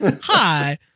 hi